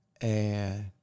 And-